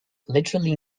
literally